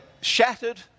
shattered